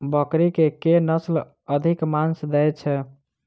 बकरी केँ के नस्ल अधिक मांस दैय छैय?